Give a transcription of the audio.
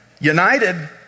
United